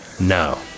No